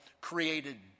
created